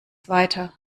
weiter